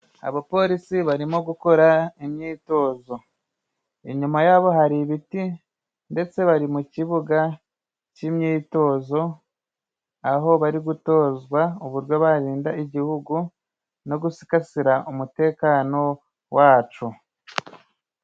Abapolisi barimo gukora imyitozo .Inyuma yabo hari ibiti ndetse bari mu kibuga cy'imyitozo, aho bari gutozwa uburyo barinda igihugu no gusigasira umutekano wacu.